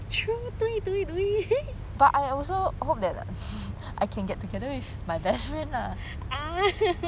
true 对对对 ah